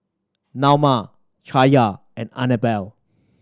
Naoma Chaya and Annabel